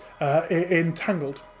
entangled